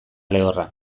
lehorra